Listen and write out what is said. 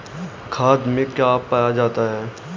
खाद में क्या पाया जाता है?